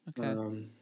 Okay